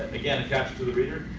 again to the reader.